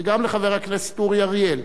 וגם לחבר הכנסת אורי אריאל,